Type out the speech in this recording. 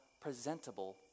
presentable